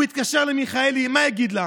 הוא יתקשר למיכאלי, מה יגיד לה?